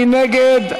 מי נגד?